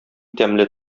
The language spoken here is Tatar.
тәмле